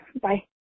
Bye